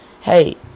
hey